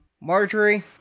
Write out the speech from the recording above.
Marjorie